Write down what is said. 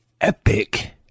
epic